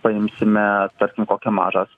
paimsime tarkim kokia mažas